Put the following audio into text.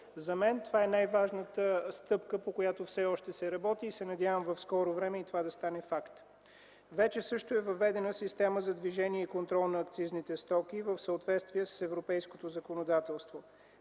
За мен това е най-важната стъпка, по която все още се работи, и се надявам в скоро време това да стане факт. Вече е въведена система за движение и контрол на акцизните стоки в съответствие с европейското законодателство.